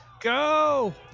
Go